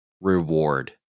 reward